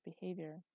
behavior